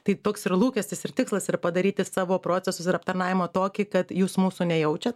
tai toks ir lūkestis ir tikslas ir padaryti savo procesus ir aptarnavimą tokį kad jūs mūsų nejaučiat